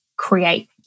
create